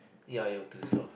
ya you're too soft